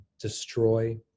destroy